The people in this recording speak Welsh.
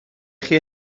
chi